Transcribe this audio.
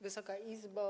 Wysoka Izbo!